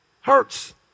hurts